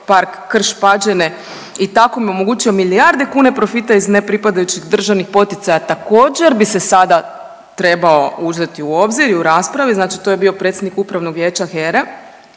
Krš-Pađene i tamo mu omogućio milijarde kune profita iz nepripadajućih državnih poticaja, također, bi se sada trebao uzeti u obzir i u raspravi, znači to je bio predsjednik Upravnog vijeća HERA-e